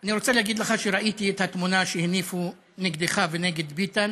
אני רוצה להגיד לך שראיתי את התמונה שהניפו נגדך ונגד ביטן,